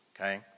okay